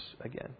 again